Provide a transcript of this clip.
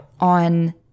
on